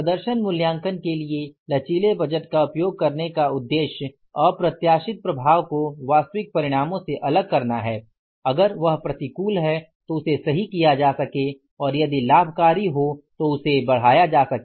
प्रदर्शन मूल्यांकन के लिए लचीले बजट का उपयोग करने का उद्येश्य अप्रत्याशित प्रभाव को वास्तविक परिणामों से अलग करना है अगर वह प्रतिकूल है तो उसे सही किया जा सके और यदि लाभकारी हो तो उसे बढाया जा सके